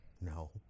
no